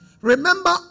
Remember